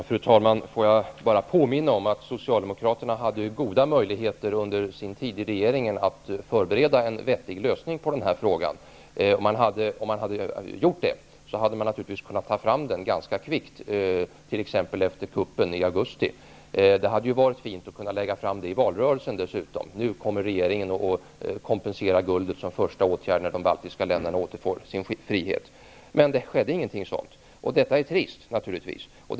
Fru talman! Jag påminner om att Socialdemokraterna under sin tid i regeringsställning hade goda möjligheter att förbereda en vettig lösning på frågan. Om man hade gjort det, hade man kunnat ta fram den ganska kvickt t.ex. efter kuppen i augusti. Det hade ju varit fint att i valrörelsen kunna säga att regeringen nu skulle, som första åtgärd när de baltiska länderna återfick sin frihet, kompensera guldet. Men inget sådant skedde, och det är naturligtvis trist.